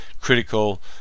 critical